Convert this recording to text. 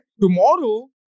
Tomorrow